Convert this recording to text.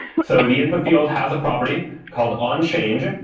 so the input field has a property called onchange.